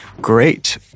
Great